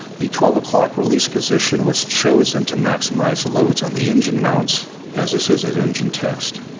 the twelve o'clock release position was chosen to maximize loads on the engine mounts as this is an engine test.